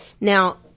Now